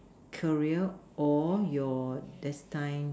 career or your destine